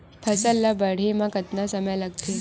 फसल ला बाढ़े मा कतना समय लगथे?